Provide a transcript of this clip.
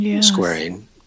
squaring